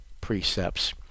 precepts